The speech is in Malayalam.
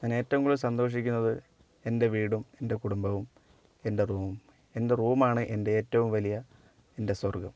ഞാൻ ഏറ്റവും കൂടുതൽ സന്തോഷിക്കുന്നത് എൻ്റെ വീടും എൻ്റെ കുടുംബവും എൻ്റെ റൂം എൻ്റെ റൂമാണ് എൻ്റെ ഏറ്റവും വലിയ എൻ്റെ സ്വർഗ്ഗം